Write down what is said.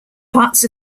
parts